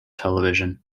television